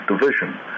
division